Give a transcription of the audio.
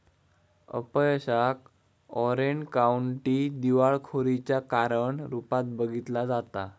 अपयशाक orange county दिवाळखोरीच्या कारण रूपात बघितला जाता